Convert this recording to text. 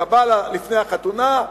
אתה בא לפני החתונה,